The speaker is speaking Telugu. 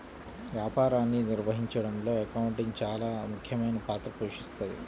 వ్యాపారాన్ని నిర్వహించడంలో అకౌంటింగ్ చానా ముఖ్యమైన పాత్ర పోషిస్తది